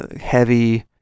heavy